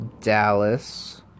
Dallas